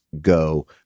go